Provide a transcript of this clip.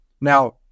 Now